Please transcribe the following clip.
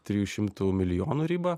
trijų šimtų milijonų ribą